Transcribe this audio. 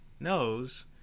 knows